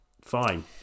fine